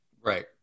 right